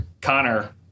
Connor